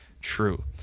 true